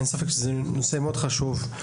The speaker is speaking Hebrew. אין ספק שזה נושא מאוד חשוב.